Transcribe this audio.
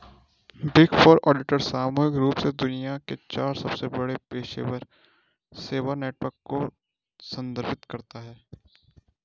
big four auditor सामूहिक रूप से दुनिया के चार सबसे बड़े पेशेवर सेवा नेटवर्क को संदर्भित करता है